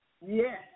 Yes